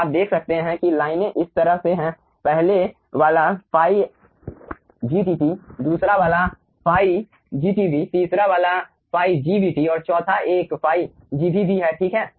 तो आप देख सकते हैं कि लाइनें इस तरह से हैं पहले वाला ϕ gtt दूसरा वाला ϕ gtv तीसरा वाला ϕ gvt और चौथा एक ϕ gvv है ठीक है